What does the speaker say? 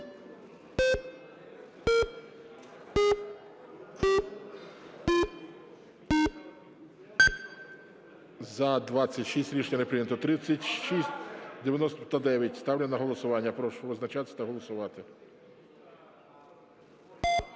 За-26 Рішення не прийнято. 3699 ставлю на голосування. Прошу визначатись та голосувати.